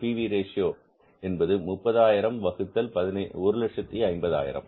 B V ratio என்பது 30000 வகுத்தல் 150000